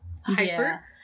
hyper